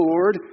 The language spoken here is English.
Lord